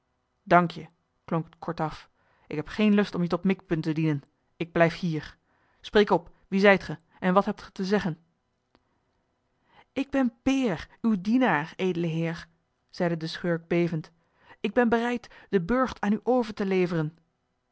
dank je klonk het kortaf ik heb geen lust om je tot mikpunt te dienen ik blijf hier spreek op wie zijt ge en wat hebt ge te zeggen ik ben peer uw dienaar edele heer zeide de schurk bevend ik ben bereid den burcht aan u over te leveren